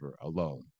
alone